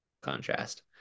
contrast